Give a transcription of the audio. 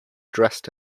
dressed